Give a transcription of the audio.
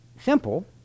simple